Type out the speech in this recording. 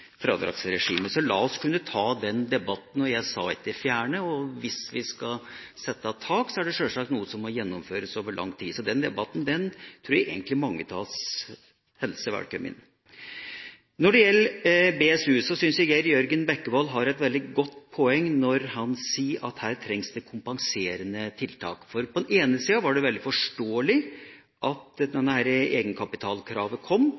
la oss ta den debatten. Jeg sa ikke at SV vil fjerne rentefradraget. Hvis vi skal sette et tak, er det sjølsagt noe som må gjennomføres over lang tid. Så den debatten tror jeg egentlig mange av oss hilser velkommen. Når det gjelder BSU, syns jeg Geir Jørgen Bekkevold har et veldig godt poeng når han sier at her trengs det kompenserende tiltak. På den ene sida var det veldig forståelig at dette egenkapitalkravet kom,